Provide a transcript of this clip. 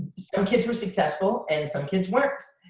um kids were successful and some kids weren't.